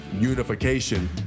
unification